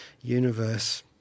universe